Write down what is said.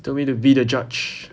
he told me to be the judge